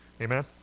Amen